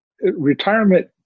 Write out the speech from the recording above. Retirement